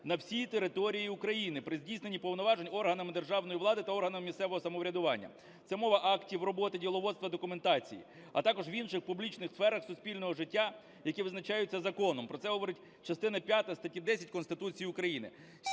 на всій території України при здійсненні повноважень органами державної влади та органами місцевого самоврядування. Це мова актів, роботи, діловодства, документації, а також в інших публічних сферах суспільного життя, які визначаються законом. Про це говорить частина п'ята статті 10 Конституції України.